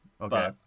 Okay